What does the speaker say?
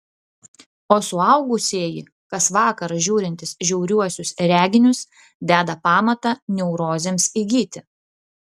o suaugusieji kas vakarą žiūrintys žiauriuosius reginius deda pamatą neurozėms įgyti